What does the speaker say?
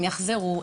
הם יחזרו,